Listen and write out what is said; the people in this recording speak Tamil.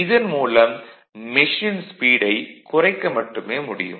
இதன் மூலம் மெஷினின் ஸ்பீடை குறைக்க மட்டுமே முடியும்